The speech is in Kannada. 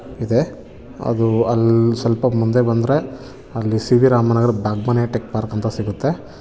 ಇದೆ ಅದು ಅಲ್ಲಿ ಸ್ವಲ್ಪ ಮುಂದೆ ಬಂದರೆ ಅಲ್ಲಿ ಸಿ ವಿ ರಾಮನ್ ನಗರದ ಬಾಗ್ಮನೆ ಟೆಕ್ ಪಾರ್ಕ್ ಅಂತ ಸಿಗುತ್ತೆ